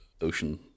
Ocean